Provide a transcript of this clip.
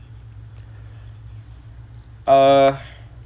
uh